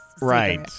Right